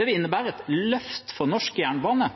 vil innebære et løft for norsk jernbane.